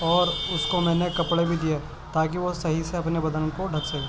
اور اس کو میں نے کپڑے بھی دیئے تاکہ وہ صحیح سے اپنے بدن کو ڈھک سکے